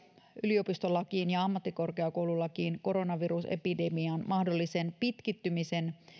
yliopistolakiin ja ammattikorkeakoululakiin koronavirusepidemian mahdollisen pitkittymisen